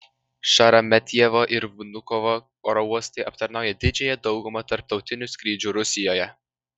šeremetjevo ir vnukovo oro uostai aptarnaują didžiąją daugumą tarptautinių skrydžių rusijoje